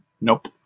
Nope